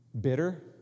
bitter